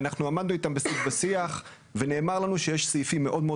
אנחנו עמדנו איתם בשיג ושיח ונאמר לנו שיש סעיפים מאוד מאוד